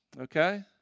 okay